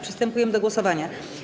Przystępujemy do głosowania.